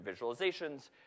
visualizations